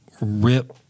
rip